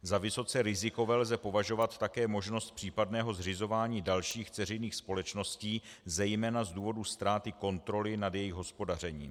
Za vysoce rizikové lze považovat také možnost případného zřizování dalších dceřiných společností, zejména z důvodu ztráty kontroly nad jejich hospodařením.